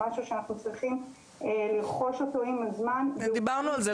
זה משהו שאנחנו צריכים לרכוש אותו עם הזמן- -- דיברנו על זה,